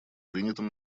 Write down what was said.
принятым